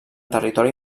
territori